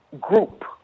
group